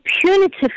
punitive